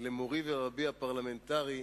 מורי ורבי הפרלמנטרי,